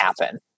happen